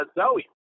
Zoe